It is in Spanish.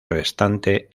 restante